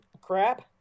crap